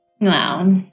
Wow